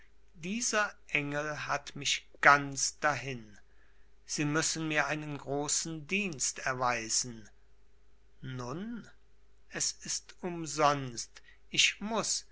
dieser engel hat mich ganz dahin sie müssen mir einen großen dienst erweisen nun es ist umsonst ich muß